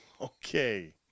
Okay